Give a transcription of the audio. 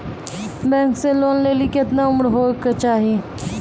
Bank से loan लेली केतना उम्र होय केचाही?